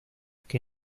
que